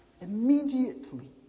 immediately